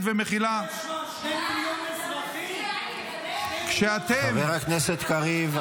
ומכילה --- שיש בה שני מיליון אזרחים ------ חבר הכנסת קריב,